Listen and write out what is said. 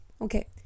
okay